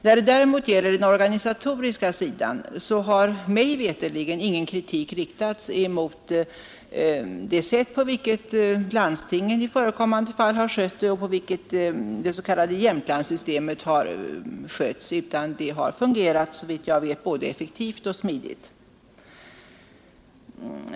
När det däremot gäller den organisatoriska sidan har mig veterligen ingen kritik riktats mot det sätt på vilket landstingen i förekommande fall har skött rättshjälpen och på vilket det s.k. Jämtlandssystemet har skötts, utan det har såvitt jag vet fungerat både effektivt och smidigt.